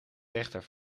rechter